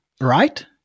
right